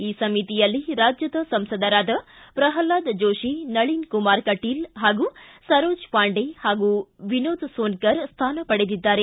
ಈ ಸಮಿತಿಯಲ್ಲಿ ರಾಜ್ಯದ ಸಂಸದರಾದ ಪ್ರಲ್ನಾದ್ ಜೋಶಿ ನಳಿನ್ಕುಮಾರ್ ಕಟೀಲು ಪಾಗೂ ಸರೋಜ್ ಪಾಂಡೆ ಮತ್ತು ವಿನೋದ್ ಸೋನ್ಸರ್ ಸ್ಟಾನ ಪಡೆದಿದ್ದಾರೆ